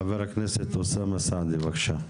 חבר הכנסת אוסאמה סעדי, בבקשה.